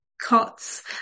cots